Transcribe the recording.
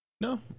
No